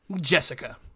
Jessica